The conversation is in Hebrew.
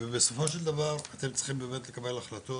ובסופו של דבר אתם באמת צריכים לקבל החלטות,